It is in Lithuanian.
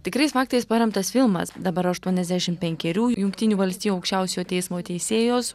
tikrais faktais paremtas filmas dabar aštuoniasdešimt penkerių jungtinių valstijų aukščiausiojo teismo teisėjos